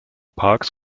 parkes